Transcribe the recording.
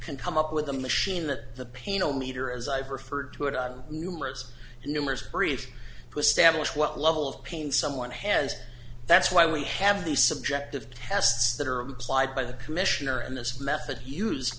can come up with a machine that the paino meter as i've referred to it on numerous numerous brief to stablish what level of pain someone has that's why we have these subjective tests that are implied by the commissioner and this method use